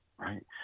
Right